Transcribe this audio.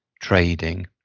trading